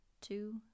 two